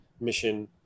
mission